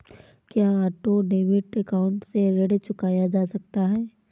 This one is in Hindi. क्या ऑटो डेबिट अकाउंट से ऋण चुकाया जा सकता है?